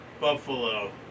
Buffalo